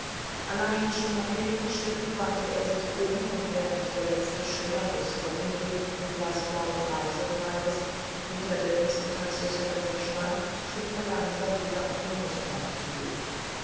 allein schon nach wenigen schritten wandte er sich um und während der letzte schimmer des verunglückten blaßblauen reisekleides hinter der nächsten taxushecke verschwand schritt er langsam wieder auf den nußbaum zu